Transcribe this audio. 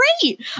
great